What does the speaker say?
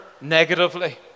negatively